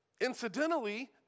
incidentally